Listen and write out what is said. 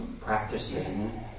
practicing